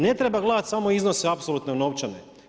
Ne treba gledati samo iznose apsolutno novčane.